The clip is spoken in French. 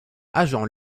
agent